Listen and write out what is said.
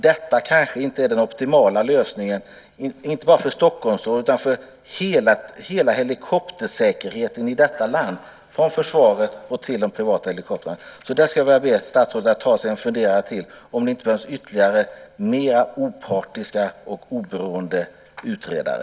Det kanske inte är den optimala lösningen; det gäller inte bara Stockholmsområdet utan hela helikoptersäkerheten i detta land alltifrån försvaret till de privata helikoptrarna. Därför skulle jag vilja be statsrådet att ta sig ytterligare en funderare för att se om det inte finns mer opartiska och oberoende utredare.